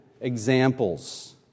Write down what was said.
examples